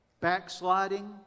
Backsliding